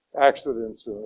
accidents